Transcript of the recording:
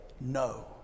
no